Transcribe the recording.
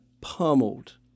pummeled